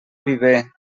viver